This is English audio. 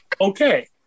okay